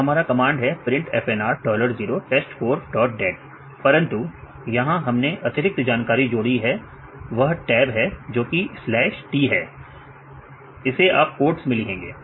तो हमारा कमांड है print FNR dollar 0 test four dot dat परंतु यहां हमने अतिरिक्त जानकारी जोड़ी है वह टैब है जोकी t है इसे आप कोट्स में लिखेंगे